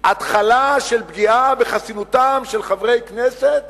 התחלה של פגיעה בחסינותם של חברי כנסת